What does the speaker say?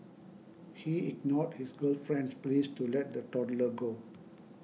he ignored his girlfriend's pleas to let the toddler go